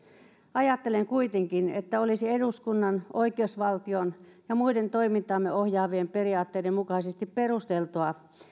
ajattelen kuitenkin että olisi eduskunnan oikeusvaltion ja muiden toimintaamme ohjaavien periaatteiden mukaisesti perusteltua